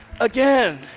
again